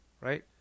right